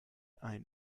ein